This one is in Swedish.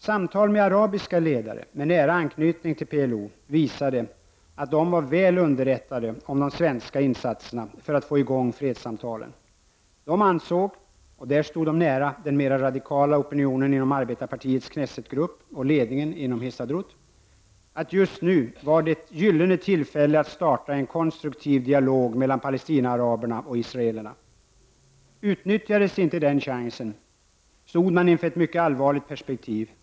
Samtal med arabiska ledare med nära anknytning till PLO visade att de var väl underrättade om de svenska insatserna för att få i gång fredssamtal. De ansåg, och där stod de nära den mera radikala opinionen inom arbetarpartiets knessetgrupp och ledningen för Histadrut, att det just nu var ett gyllene tillfälle att starta en konstruktiv dialog mellan Palestinaaraberna och israelerna. Utnyttjades inte den chansen, skulle man stå inför ett mycket allvarligt perspektiv.